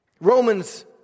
Romans